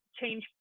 change